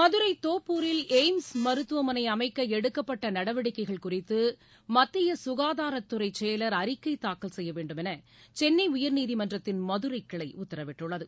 மதுரை தோப்பூரில் எய்ம்ஸ் மருத்துவமனை அமைக்க எடுக்கப்பட்ட நடவடிக்கைகள் குறித்து மத்திய சுகாதாரத்துறை செயலர் அறிக்கை தாக்கல் செய்யவேண்டும் என சென்னை உயர்நீதிமன்றத்தின் மதுரை கிளை உத்தரவிட்டுள்ளது